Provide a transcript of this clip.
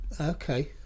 Okay